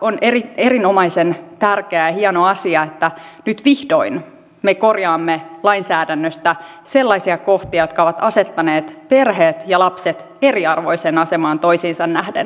on erinomaisen tärkeä ja hieno asia että nyt vihdoin me korjaamme lainsäädännöstä sellaisia kohtia jotka ovat asettaneet perheet ja lapset eriarvoiseen asemaan toisiinsa nähden